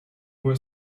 were